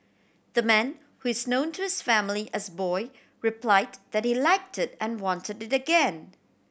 the man who is known to his family as boy replied that he liked it and wanted it again